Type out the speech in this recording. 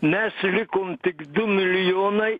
mes likom tik du milijonai